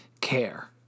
care